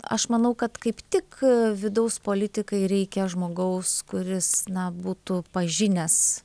aš manau kad kaip tik vidaus politikai reikia žmogaus kuris na būtų pažinęs